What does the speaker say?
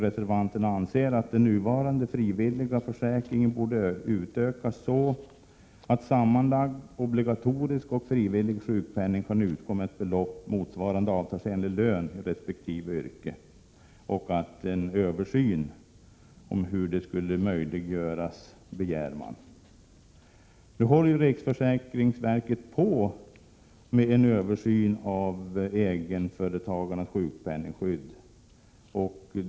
Reservanterna anser att den nuvarande frivilliga försäkringen borde utökas så, att sammanlagd obligatorisk och frivillig sjukpenning kan utgå med ett belopp motsvarande avtalsenlig lön i resp. yrke, och man begär en översyn av hur det skulle möjliggöras. Riksförsäkringsverket håller för närvarande på med en översyn av egenföretagarnas sjukpenningskydd.